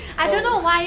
oh